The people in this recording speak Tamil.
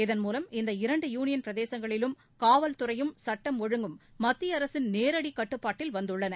இதன்மூலம் இந்த இரண்டு யூனியன் பிரதேசங்களிலும் காவல்துறையும் சுட்டம் ஒழுங்கும் மத்திய அரசின் நேரடி கட்டுப்பாட்டில் வந்துள்ளன